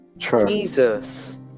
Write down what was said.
Jesus